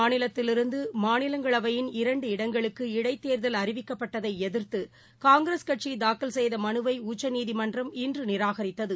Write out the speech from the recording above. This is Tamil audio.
மாநிலத்திலிலுந்தமாநிலங்களவையின் இரண்டு இடங்களுக்கு இடைத்தேர்தல் கஜராத் அறிவிக்கப்பட்டதைஎதிர்த்துகாங்கிரஸ் கட்சிதாக்கல் செய்தமனுவைஉச்சநீதிமன்றம் இன்றநிராகித்தது